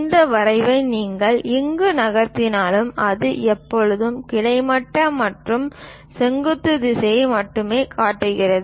இந்த வரைவை நீங்கள் எங்கு நகர்த்தினாலும் அது எப்போதும் கிடைமட்ட மற்றும் செங்குத்து திசைகளை மட்டுமே காட்டுகிறது